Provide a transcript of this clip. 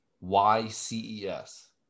Y-C-E-S